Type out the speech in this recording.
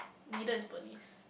needed is Bernice